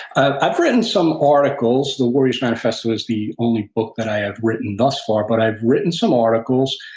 ah i've written some articles, the warrior's manifesto is the only book that i have written thus far, but i've written some articles.